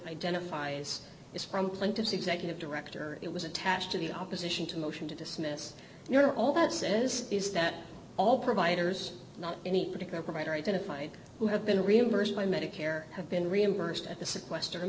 plaintiff's executive director it was attached to the opposition to a motion to dismiss your all that says is that all providers not any particular provider identified who have been reimbursed by medicare have been reimbursed at the sequester